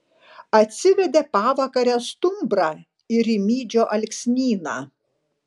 atsivedė pavakare stumbrą į rimydžio alksnyną